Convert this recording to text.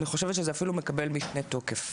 אני חושבת שזה אפילו מקבל משנה תוקף.